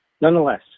nonetheless